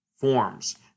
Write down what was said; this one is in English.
forms